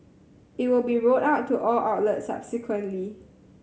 it will be rolled out to all outlets subsequently